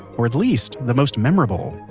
or at least the most memorable?